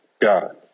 God